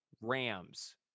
Rams